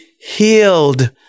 healed